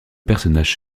personnage